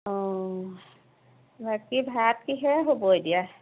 অ বাকী ভাত কিহেৰে হ'ব এতিয়া